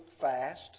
fast